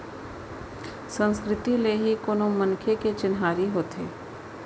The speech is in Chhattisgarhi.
संस्कृति ले ही कोनो मनखे के चिन्हारी होथे